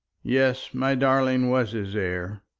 yes, my darling was his heir.